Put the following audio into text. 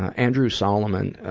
ah andrew solomon, ah,